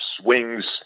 swings